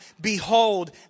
Behold